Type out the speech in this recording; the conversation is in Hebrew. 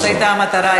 זאת הייתה המטרה,